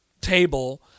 table